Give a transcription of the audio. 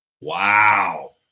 Wow